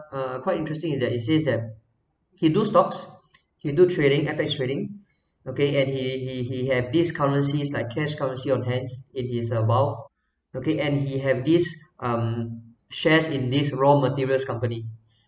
uh quite interesting is that he says that he do stocks he do trading F_X trading okay and he he he have this currency like cash currency on hands it is about looking and he have this um shares in these raw materials company